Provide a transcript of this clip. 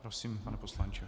Prosím, pane poslanče.